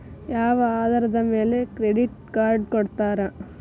ಯಾವ ಆಧಾರದ ಮ್ಯಾಲೆ ಕ್ರೆಡಿಟ್ ಕಾರ್ಡ್ ಕೊಡ್ತಾರ?